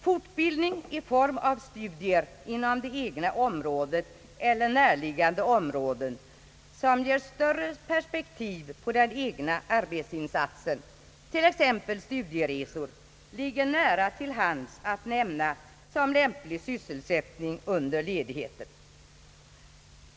Fortbildning i form av studier inom det egna området eller näraliggande områden, som ger större perspektiv på den egna arbetsinsatsen t.ex. studieresor, ligger nära till hands att nämna såsom lämplig sysselsättning under ledigheten.